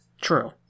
True